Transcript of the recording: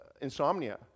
insomnia